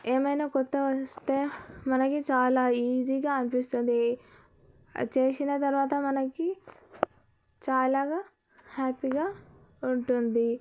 ఏమైనా కొత్త వస్తే మనకి చాలా ఈజీగా అనిపిస్తుంది చేసిన తర్వాత మనకి చాలాగా హ్యాపీగా ఉంటుంది